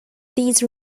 these